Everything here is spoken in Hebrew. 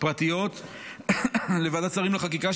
פרטיות בוועדת השרים לחקיקה,